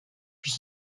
puis